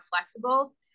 flexible